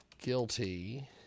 guilty